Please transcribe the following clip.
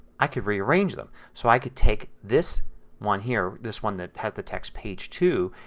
i can rearrange them. so i could take this one here, this one that had the text page two,